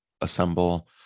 assemble